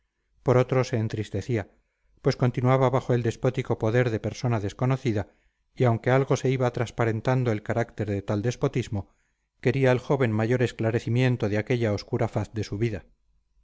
por otro se entristecía pues continuaba bajo el despótico poder de persona desconocida y aunque algo se iba transparentando el carácter de tal despotismo quería el joven mayor esclarecimiento de aquella obscura faz de su vida